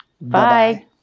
bye